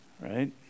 right